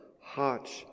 hearts